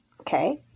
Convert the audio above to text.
okay